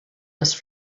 les